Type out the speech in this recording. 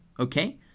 Okay